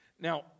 Now